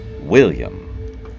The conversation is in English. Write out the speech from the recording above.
William